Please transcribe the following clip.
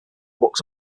books